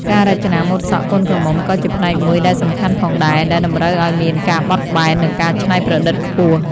ការរចនាម៉ូដសក់កូនក្រមុំក៏ជាផ្នែកមួយដែលសំខាន់ផងដែរ ដែលតម្រូវឱ្យមានការបត់បែន និងការច្នៃប្រឌិតខ្ពស់។